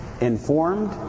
informed